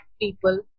people